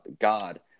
God